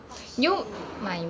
!wah! shit